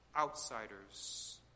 outsiders